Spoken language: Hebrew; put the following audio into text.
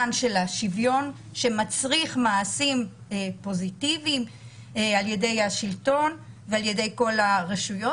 המעשי שמצריך מעשים פוזיטיביים על ידי כל הרשויות,